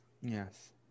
Yes